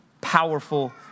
powerful